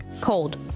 cold